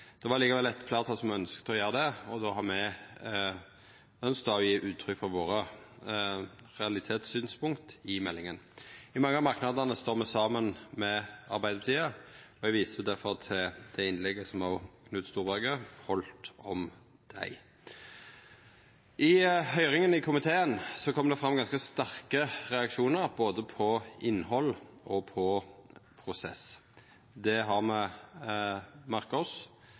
Stortinget var i. Det var likevel eit fleirtal som ønskte å gjera det, og då har me ønskt å gje uttrykk for våre realitetssynspunkt i meldinga. I mange av merknadene står me saman med Arbeidarpartiet, og eg viser difor til det innlegget Knut Storberget heldt om dei. I høyringa i komiteen kom det fram ganske sterke reaksjonar på både innhaldet og prosessen. Det har me merka oss,